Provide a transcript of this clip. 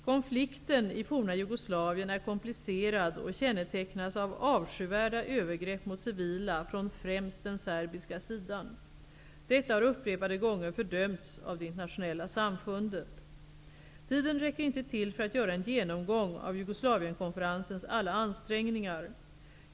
Konflikten i forna Jugoslavien är komplicerad och kännetecknas av avskyvärda övergrepp mot civila från främst den serbiska sidan. Detta har upprepade gånger fördömts av det internationella samfundet. Tiden räcker inte till för att göra en genomgång av Jugoslavienkonferensens alla ansträngningar.